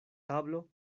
tablo